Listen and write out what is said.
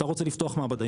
אתה רוצה לפתוח מעבדה?